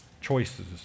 choices